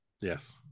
Yes